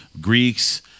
Greeks